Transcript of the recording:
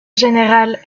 général